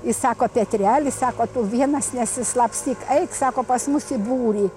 jis sako petreli sako tu vienas nesislapstyk eik sako pas mus į būrį